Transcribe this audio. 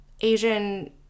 Asian